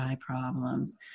problems